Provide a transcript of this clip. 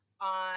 on